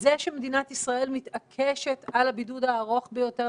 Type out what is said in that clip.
בזה שמדינת ישראל מתעקשת על הבידוד הארוך ביותר,